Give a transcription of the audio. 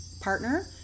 partner